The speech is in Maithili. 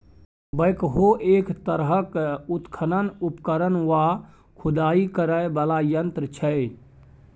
बैकहो एक तरहक उत्खनन उपकरण वा खुदाई करय बला यंत्र छै